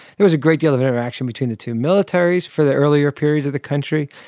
there was a great deal of interaction between the two militaries for the earlier periods of the country,